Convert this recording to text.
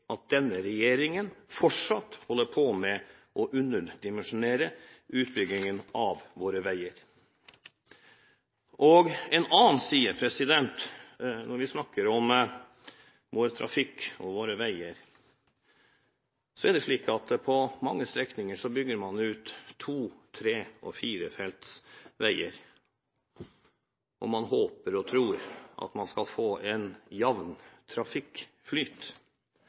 at denne regjeringen fortsatt holder på med å underdimensjonere utbyggingen av våre veier. En annen side når vi snakker om trafikken og våre veier, er at man på mange strekninger bygger ut to-, tre- og firefelts veier, og man håper og tror at man skal få en